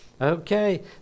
Okay